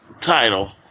Title